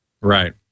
Right